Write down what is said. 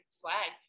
swag